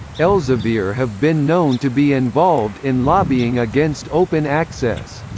elsevier have been known to be involved in lobbying against open access.